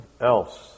else